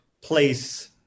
place